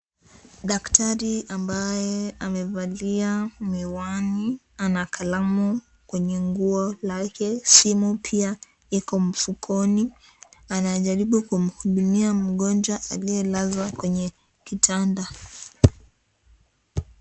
Daktari ambaye amevalia miwani. Ana kalamu kwenye nguo lake. Simu pia iko mfukoni. Anajaribu kumhudumia mgonjwa aliyelazwa kwenye kitanda.